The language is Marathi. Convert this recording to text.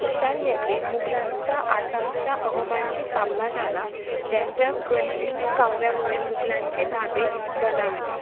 ईशान्येकडे मुगलांचा आसामच्या अहोमांशी सामना झाला ज्यांच्या गनिमी काव्यामुळे मुगलांचे धाबे दणाणले